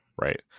right